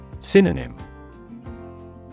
Synonym